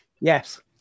Yes